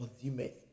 consumers